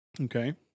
Okay